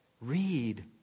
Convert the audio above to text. Read